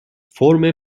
فرم